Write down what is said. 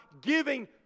giving